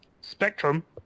spectrum